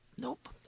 Nope